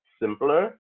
simpler